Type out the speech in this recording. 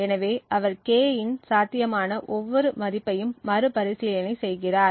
எனவே அவர் K இன் சாத்தியமான ஒவ்வொரு மதிப்பையும் மறுபரிசீலனை செய்கிறார்